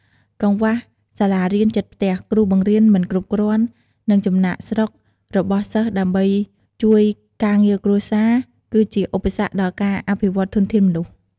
កង្វះសាលារៀនជិតផ្ទះ គ្រូបង្រៀនមិនគ្រប់គ្រាន់ និងចំណាកស្រុករបស់សិស្សដើម្បីជួយការងារគ្រួសារ គឺជាឧបសគ្គដល់ការអភិវឌ្ឍន៍ធនធានមនុស្ស។